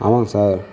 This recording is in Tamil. ஆமாங்க சார்